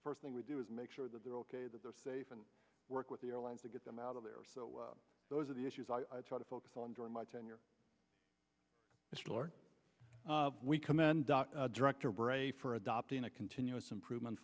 first thing we do is make sure that they're ok that they're safe and work with the airlines to get them out of there so those are the issues i try to focus on during my tenure we commend director bray for adopting a continuous improvement